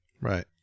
Right